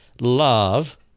love